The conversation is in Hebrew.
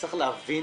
צריך להבין